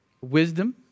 Wisdom